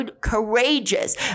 courageous